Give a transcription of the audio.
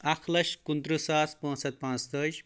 اکھ لچھ کُنتٕرٛہ ساس پانٛژھ ہَتھ پانٛژھ تٲج